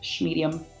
Medium